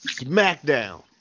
SmackDown